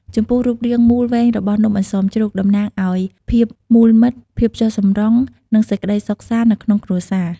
ចំពោះរូបរាងមូលវែងរបស់នំអន្សមជ្រូក តំណាងឲ្យ ភាពមូលមិត្ត ភាពចុះសម្រុង និងសេចក្តីសុខសាន្ត នៅក្នុងគ្រួសារ។